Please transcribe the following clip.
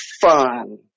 fun